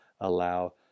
allow